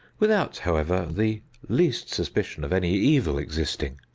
without, however, the least suspicion of any evil existing.